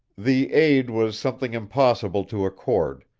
the aid was something impossible to accord,